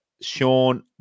Sean